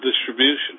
distribution